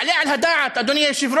יעלה על הדעת, אדוני היושב-ראש,